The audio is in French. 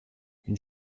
une